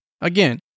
Again